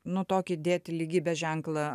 nu tokį dėti lygybės ženklą